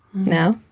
now.